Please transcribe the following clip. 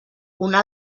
una